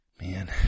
Man